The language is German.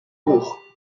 hoch